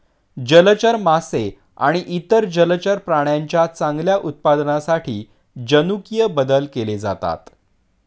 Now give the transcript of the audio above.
जलचर मासे आणि इतर जलचर प्राण्यांच्या चांगल्या उत्पादनासाठी जनुकीय बदल केले जातात